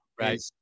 Right